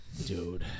Dude